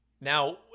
Now